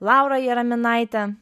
laura jaraminaitė